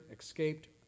escaped